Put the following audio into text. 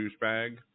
douchebag